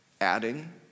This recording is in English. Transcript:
adding